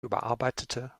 überarbeitete